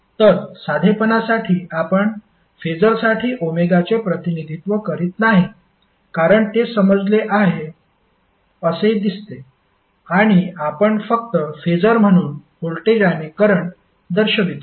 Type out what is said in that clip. तर साधेपणासाठी आपण फेसरसाठी ओमेगाचे प्रतिनिधित्व करीत नाही कारण ते समजले आहे असे दिसते आणि आपण फक्त फेसर म्हणून व्होल्टेज आणि करंट दर्शवितो